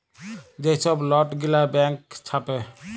যে ছব লট গিলা ব্যাংক ছাপে